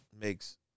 makes